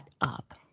up